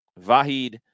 Vahid